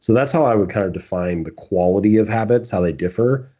so that's how i would kind of define the quality of habits, how they differ.